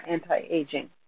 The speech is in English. Anti-Aging